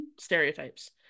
stereotypes